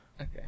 Okay